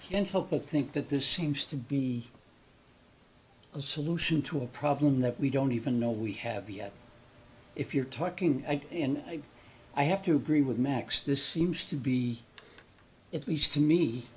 one can't help but think that this seems to be a solution to a problem that we don't even know we have yet if you're talking and i have to agree with max this seems to be at least to me